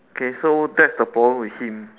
okay so that's the problem with him